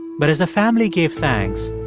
but as the family gave thanks,